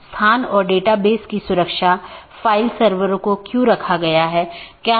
यहाँ N1 R1 AS1 N2 R2 AS2 एक मार्ग है इत्यादि